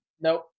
Nope